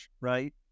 right